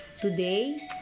Today